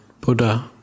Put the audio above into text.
Buddha